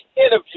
interview